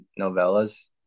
novellas